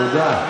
תודה.